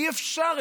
אי-אפשר.